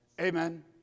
Amen